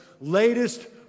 latest